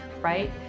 right